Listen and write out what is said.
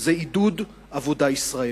זה עידוד עבודה ישראלית.